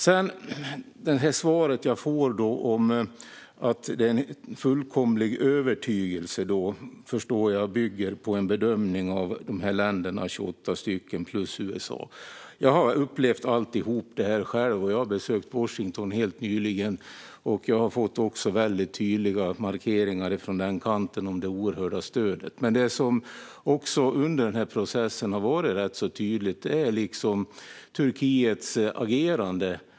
Jag förstår att svaret jag får, om att det är en fullkomlig övertygelse, bygger på en bedömning av de 28 länderna plus USA. Jag har upplevt allt detta själv och har helt nyligen besökt Washington och fått tydliga markeringar från den kanten om det oerhörda stödet. Men det som också har varit ganska tydligt under processen är Turkiets agerande.